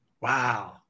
Wow